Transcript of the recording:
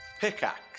Pickaxe